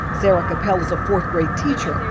sara cappel is a fourth grade teacher.